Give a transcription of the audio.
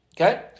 Okay